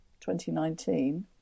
2019